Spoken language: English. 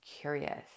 curious